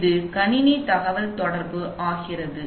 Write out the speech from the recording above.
இது கணினி தகவல்தொடர்பு ஆகிறது